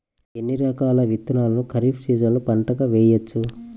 ఎన్ని రకాల విత్తనాలను ఖరీఫ్ సీజన్లో పంటగా వేయచ్చు?